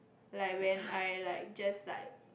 like when I like just like